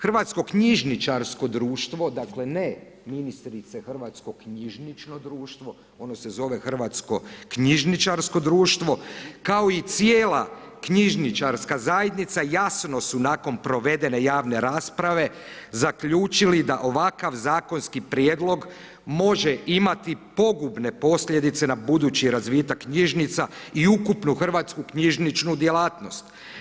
Hrvatsko knjižničarsko društvo, dakle ne ministrice, Hrvatsko knjižnično društvo, ono se zove Hrvatsko knjižničarsko društvo kao i cijela knjižničarska zajednica jasno su nakon provedene javne rasprave zaključili da ovakav zakonski prijedlog može imati pogubne posljedice na budući razvitak knjižnica i ukupnu hrvatsku knjižničnu djelatnost.